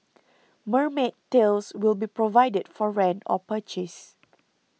mermaid tails will be provided for rent or purchase